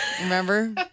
remember